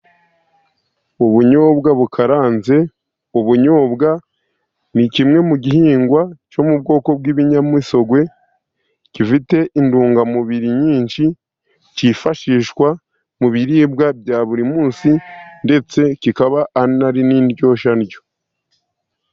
Ubunyobwa bukaranze ubunyobwa ni kimwe mu gihingwa cyo mu bwoko bw'ibinyamisogwe, gifite intungamubiri nyinshi, cyifashishwa mu biribwa bya buri munsi ndetse kikaba anari n'indyosha ryo.